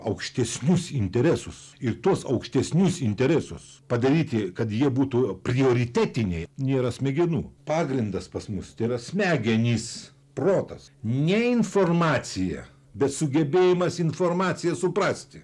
aukštesnius interesus ir tuos aukštesnius interesus padaryti kad jie būtų prioritetiniai nėra smegenų pagrindas pas mus tai yra smegenys protas ne informacija bet sugebėjimas informaciją suprasti